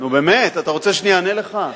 נו באמת, אתה רוצה שאני אענה לך?